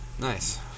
nice